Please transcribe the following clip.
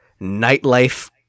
nightlife